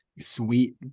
sweet